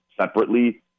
separately